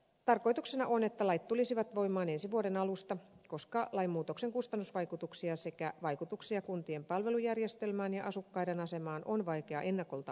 tarkoituksena on että lait tulisivat voimaan ensi vuoden alusta koska lainmuutoksen kustannusvaikutuksia sekä vaikutuksia kuntien palvelujärjestelmään ja asukkaiden asemaan on vaikea ennakolta arvioida